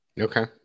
Okay